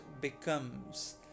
becomes